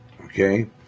okay